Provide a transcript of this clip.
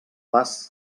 pas